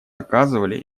оказывали